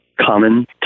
common